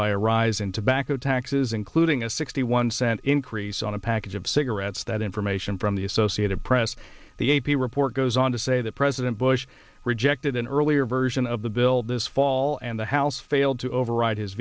by a rise in tobacco taxes including a sixty one cent increase on a package of cigarettes that information from the associated press the a p report goes on to say that president bush rejected an earlier version of the bill this fall and the house failed to override his